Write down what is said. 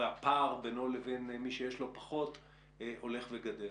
והפער בינו לבין מי שיש לו פחות הולך וגדל.